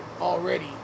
already